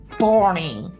boring